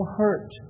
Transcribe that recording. hurt